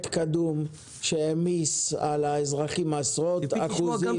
קדום שהעמיס על האזרחים עשרות אחוזים.